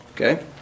Okay